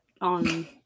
on